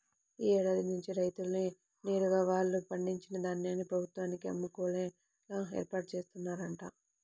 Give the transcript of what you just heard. యీ ఏడాది నుంచి రైతులే నేరుగా వాళ్ళు పండించిన ధాన్యాన్ని ప్రభుత్వానికి అమ్ముకునేలా ఏర్పాట్లు జేత్తన్నరంట